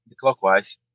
clockwise